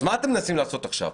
אז מה אתם מנסים לעשות עכשיו?